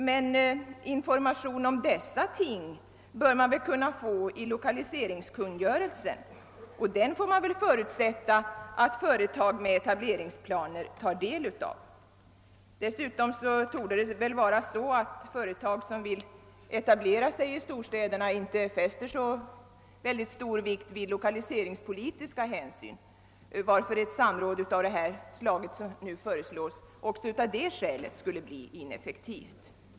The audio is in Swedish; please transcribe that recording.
Men information om dessa ting bör man kunna få i lokaliseringskungörelsen, och den får man väl förutsätta att företag med etableringsplaner tar del av. Dessutom torde företag som vill etablera sig i storstäderna inte fästa så stor vikt vid lokaliseringspolitiska hänsyn, varför ett samråd av det slag som här föreslås också av det skälet skulle bli ineffektivt.